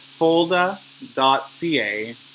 folda.ca